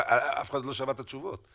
אף אחד לא שמע את התשובות.